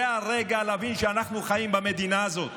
זה הרגע להבין שאנחנו חיים במדינה הזאת,